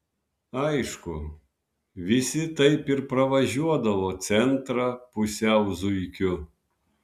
aišku visi taip ir pravažiuodavo centrą pusiau zuikiu